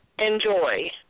Enjoy